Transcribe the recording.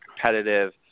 competitive